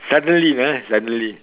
suddenly ah suddenly